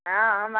हँ हमरा